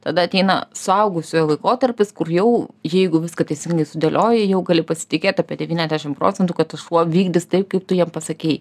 tada ateina suaugusiojo laikotarpis kur jau jeigu viską teisingai sudėlioji jau gali pasitikėt apie devyniasdešim procentų kad tas šuo vykdys taip kaip tu jam pasakei